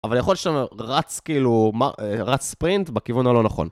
אבל יכול להיות שאתה רץ, כאילו, רץ פרינט בכיוון הלא נכון.